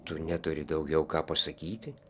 tu neturi daugiau ką pasakyti